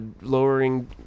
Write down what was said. lowering